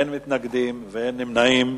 אין מתנגדים ואין נמנעים.